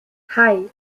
hei